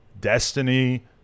Destiny